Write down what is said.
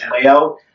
layout